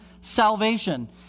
salvation